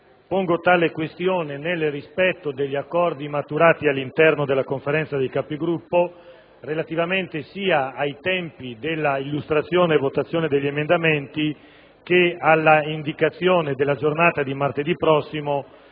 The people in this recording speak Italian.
Pongo tale questione nel rispetto degli accordi maturati all'interno della Conferenzadei Capigruppo, relativamente sia ai tempi dell'illustrazione e votazione degli emendamenti che all'indicazione della giornata di martedì prossimo